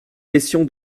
question